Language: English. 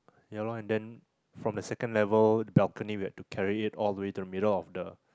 ya lor and then from the second level balcony we have to carry it all the way to the middle of the